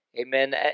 Amen